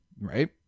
Right